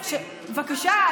בבקשה,